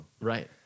right